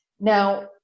Now